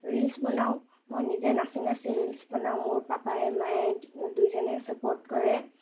reels বনাওঁ মই নিজে নাচি নাচি ৰীলচ্ বনাওঁ মোৰ পাপাই মায়ে দুয়োজনে চাপৰ্ট কৰে